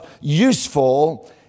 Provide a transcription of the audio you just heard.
useful